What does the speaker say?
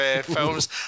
films